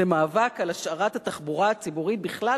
זה מאבק על השארת התחבורה הציבורית בכלל